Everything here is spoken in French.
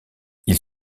ils